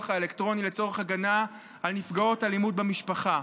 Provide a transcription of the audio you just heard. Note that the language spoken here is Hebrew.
האלקטרוני לצורך הגנה על נפגעות אלימות במשפחה.